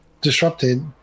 disrupted